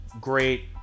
great